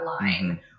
line